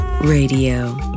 Radio